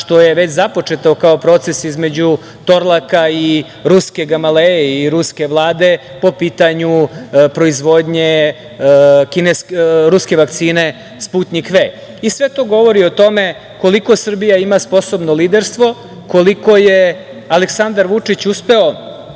što je već započeto kao proces između Torlaka i ruske Gamaleje i ruske Vlade, po pitanju proizvodnje ruske vakcine Sputnjik V.Sve to govori o tome koliko Srbija ima sposobno liderstvo, koliko je Aleksandar Vučić uspeo